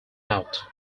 out